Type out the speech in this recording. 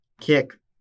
kick